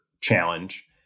challenge